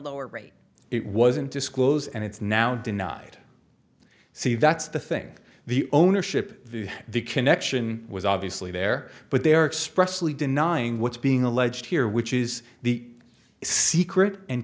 lower rate it wasn't disclosed and it's now denied see that's the thing the ownership of the connection was obviously there but there expressly denying what's being alleged here which is the secret and